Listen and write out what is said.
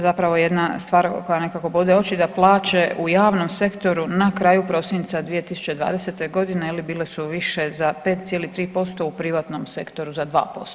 Zapravo jedna stvar koja nekako bode oči, da plaće u javnom sektoru na kraju prosinca 2020. g., je li, bile su više za 5,3% u privatnom sektoru za 2%